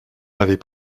m’avez